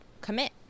commit